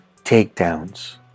takedowns